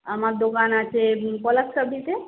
আমার দোকান আছে দিকে